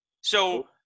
So-